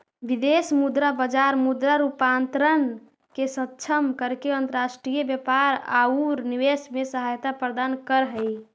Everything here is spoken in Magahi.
विदेश मुद्रा बाजार मुद्रा रूपांतरण के सक्षम करके अंतर्राष्ट्रीय व्यापार औउर निवेश में सहायता प्रदान करऽ हई